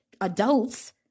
adults